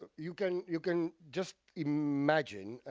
ah you can you can just imagine